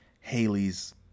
Haley's